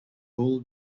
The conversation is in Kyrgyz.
бул